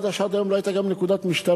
אני יודע שעד היום לא היתה גם נקודת משטרה,